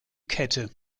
kette